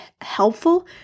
helpful